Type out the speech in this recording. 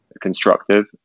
constructive